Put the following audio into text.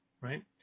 Right